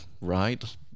right